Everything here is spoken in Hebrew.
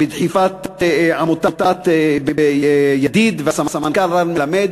בדחיפת עמותת "ידיד" והסמנכ"ל רן מלמד,